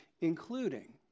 including